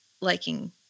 liking